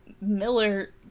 Miller